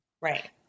Right